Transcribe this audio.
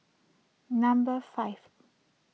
number five